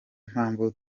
mpamvu